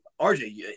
rj